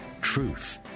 truth